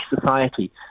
society